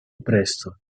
presto